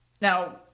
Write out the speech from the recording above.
now